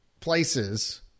places